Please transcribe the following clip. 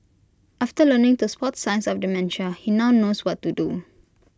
after learning to spot signs of dementia he now knows what to do